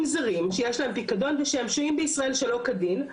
זרים שיש להם פיקדון ושהם שוהים בישראל שלא כדין,